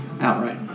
Outright